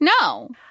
No